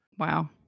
Wow